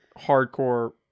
hardcore